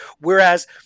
Whereas